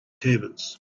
turbans